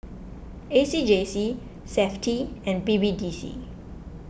A C J C SAFTI and B B D C